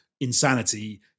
insanity